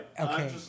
Okay